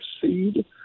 seed